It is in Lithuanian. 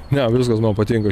ne viskas man patinka